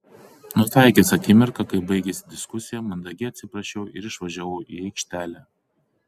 nutaikęs akimirką kai baigėsi diskusija mandagiai atsiprašiau ir išvažiavau į aikštelę